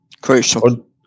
Crucial